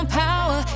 power